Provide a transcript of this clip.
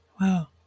Wow